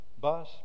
bus